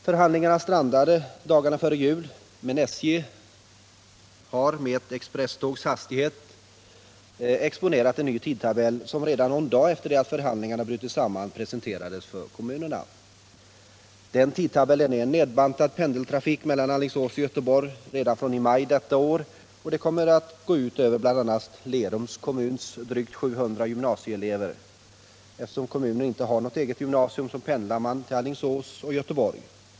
Förhandlingarna strandade dagarna före jul, men SJ hade med ett expresstågs hastighet exponerat en ny tidtabell, som redan någon dag efter det att förhandlingarna brutit samman presenterades för kommunerna. Den tidtabellen innebär en nedbantad pendeltrafik mellan Alingsås och Göteborg redan från maj detta år, och det kommer att gå ut över bl.a. Lerums kommuns drygt 700 gymnasieelever. Eftersom kommunen inte har något eget gymnasium, pendlar eleverna till Alingsås eller Göteborg.